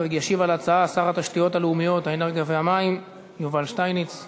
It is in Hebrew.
אם יש לנו במערך הנ"מ גדוד שיש בו גם גברים וגם